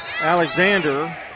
Alexander